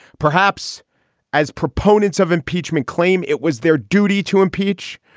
perhaps as proponents of impeachment claim, it was their duty to impeach.